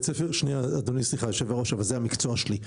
סליחה, היושב ראש, אבל זה המקצוע שלי.